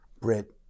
Brit